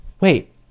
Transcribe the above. wait